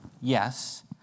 yes